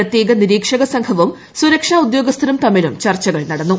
പ്രത്യേക നിരീക്ഷക സംഘവും സുരക്ഷാ ഉദ്യോഗസ്ഥരും തമ്മിലും ചർച്ചകൾ നടന്നു